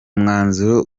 mwanzuro